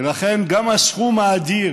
ולכן גם הסכום האדיר,